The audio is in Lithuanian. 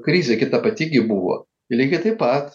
krizė gi ta pati gi buvo lygiai taip pat